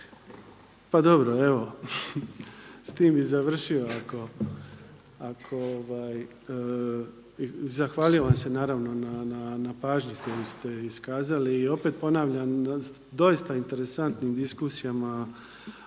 pa dobro, evo s time bih završio ako, i zahvaljujem vam se naravno na pažnji koju ste iskazali i opet ponavljam na doista interesantnim diskusijama,